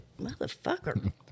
motherfucker